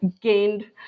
gained